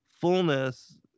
fullness